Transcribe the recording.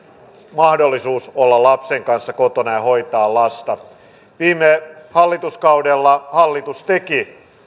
mahdollisuus olla lapsen kanssa kotona ja hoitaa lasta viime hallituskaudella hallitus teki